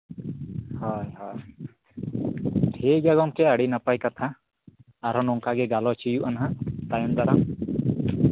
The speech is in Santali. ᱦᱳᱭ ᱦᱳᱭ ᱴᱷᱤᱠᱜᱮᱭᱟ ᱜᱚᱢᱠᱮ ᱟᱹᱰᱤ ᱱᱟᱯᱟᱭ ᱠᱟᱛᱷᱟ ᱟᱨᱦᱚᱸ ᱱᱚᱝᱠᱟ ᱜᱮ ᱜᱟᱞᱚᱪ ᱦᱩᱭᱩᱜᱼᱟ ᱱᱟᱦᱟᱜ ᱛᱟᱭᱚᱢ ᱫᱟᱨᱟᱢ